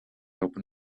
open